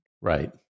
Right